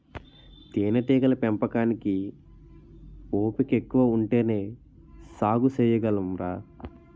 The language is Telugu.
తేనేటీగల పెంపకానికి ఓపికెక్కువ ఉంటేనే సాగు సెయ్యగలంరా